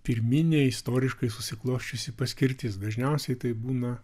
pirminė istoriškai susiklosčiusi paskirtis dažniausiai tai būna